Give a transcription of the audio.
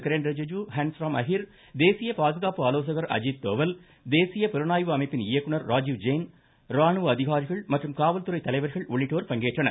கிரண் ரிஜுஜு ஹன்ஸ்ராம் அஹிர் தேசிய பாதுகாப்பு ஆலோசகர் அஜித் தோவல் தேசிய புலனாய்வு அமைப்பின் இயக்குநர் ராஜிவ் ஜெயின் ராணுவ அதிகாரிகள் காவல்துறை தலைவர்கள் உள்ளிட்டோர் பங்கேற்றனர்